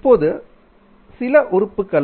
இப்போது சில உறுப்புகளால்அவ்வப்போதுஉறிஞ்சப்பட்ட